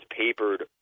papered